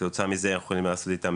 כתוצאה מזה אנחנו יכולים לעשות איתם